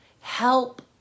Help